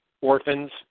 orphans